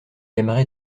aimerais